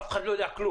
אף אחד לא יודע כלום.